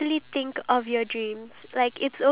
avengers four right